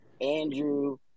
Andrew